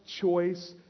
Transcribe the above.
choice